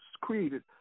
created